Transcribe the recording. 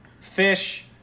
fish